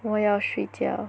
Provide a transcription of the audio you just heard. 我要睡觉